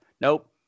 Nope